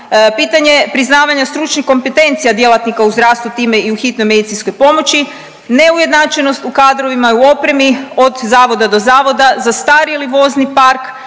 pitanje priznavanja stručnih kompetencija djelatnika u zdravstvu, time i u hitnoj medicinskoj pomoć, neujednačenost u kadrovima i u opremi od zavoda do zavoda, zastarjeli vozni park